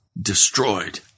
destroyed